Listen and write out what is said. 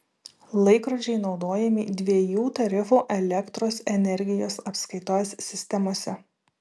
laikrodžiai naudojami dviejų tarifų elektros energijos apskaitos sistemose